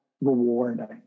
rewarding